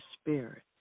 spirit